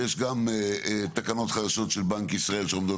יש גם תקנות חדשות של בנק ישראל שעומדות